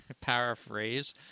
Paraphrase